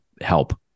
help